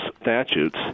statutes